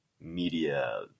media